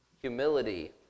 humility